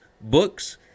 books